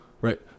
Right